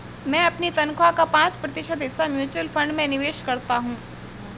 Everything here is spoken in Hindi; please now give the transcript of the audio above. मैं अपनी तनख्वाह का पाँच प्रतिशत हिस्सा म्यूचुअल फंड में निवेश करता हूँ